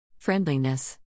Friendliness